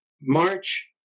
March